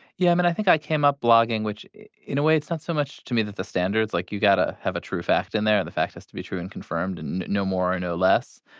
yeah. i mean, i think i came up blogging, which in a way, it's not so much to me that the standards, like, you gotta have a true fact in there. the fact has to be true and confirmed and no more, no less.